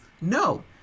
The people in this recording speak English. No